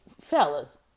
Fellas